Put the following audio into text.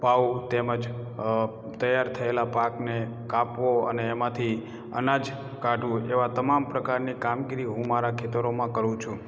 પાવું તેમજ તૈયાર થયેલા પાકને કાપવો અને એમાંથી અનાજ કાઢવું એવા તમામ પ્રકારની કામગીરી હું મારાં ખેતરોમાં કરું છું